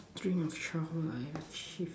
dream of childhood I achieve